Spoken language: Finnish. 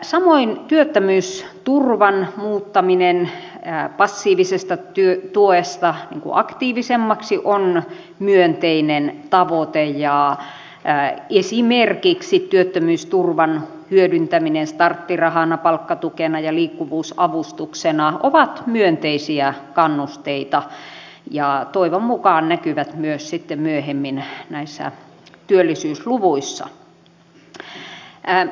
samoin työttömyysturvan muuttaminen passiivisesta tuesta aktiivisemmaksi on myönteinen tavoite ja esimerkiksi työttömyysturvan hyödyntäminen starttirahana palkkatukena ja liikkuvuusavustuksena on myönteinen kannuste ja toivon mukaan näkyy myös sitten myöhemmin näissä työllisyysluvuissa